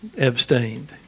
abstained